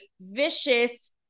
vicious